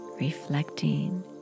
reflecting